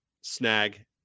snag